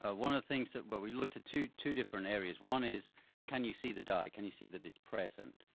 ah one of the things that well, we looked at two two different areas. one is can you see the dye? can you see that it's present?